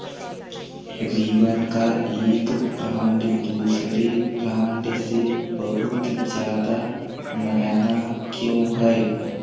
ribbon का एक brand दूसरे ब्रांड से बहुत ज़्यादा महँगा क्यों है